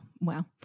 Wow